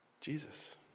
Jesus